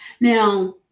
Now